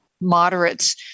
moderates